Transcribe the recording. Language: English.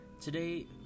today